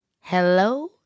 Hello